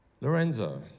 Lorenzo